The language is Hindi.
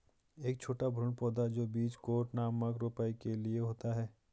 एक छोटा भ्रूण पौधा जो बीज कोट नामक रोपाई के लिए होता है